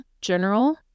General